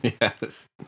Yes